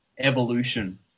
Evolution